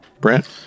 Brent